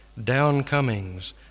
downcomings